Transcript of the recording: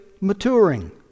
maturing